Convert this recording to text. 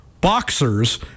boxers